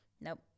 Nope